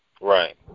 Right